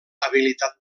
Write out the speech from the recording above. habilitat